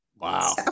Wow